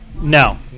No